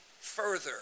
further